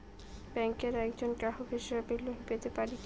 ব্যাংকের একজন গ্রাহক হিসাবে লোন পেতে পারি কি?